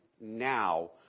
now